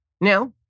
now